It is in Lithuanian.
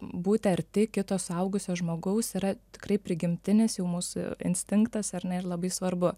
būti arti kito suaugusio žmogaus yra tikrai prigimtinis jau mūsų instinktas ar na ir labai svarbu